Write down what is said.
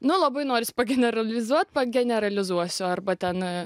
na labai norisi generalizuot pageneralizuosiu arba ten